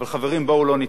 אבל, חברים, בואו לא נטעה,